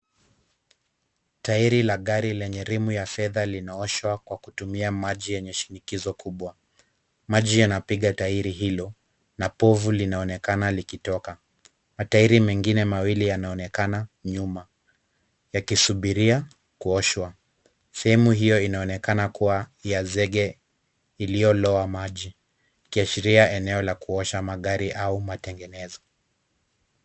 Tairi la gari lenye rimu ya fedha linaoshwa kwa kutumia maji yenye shinikizo kubwa. Maji hanapiga tairi hilo na povu linaonekana likitoka. Matairi mengine mawili yanaonekana nyuma yakisubiria kuoshwa. Sehemu hiyo inaonekana kuwa ya zege iliyo lowa maji. Ikiashiria eneo la kuosha magari au matengenezo.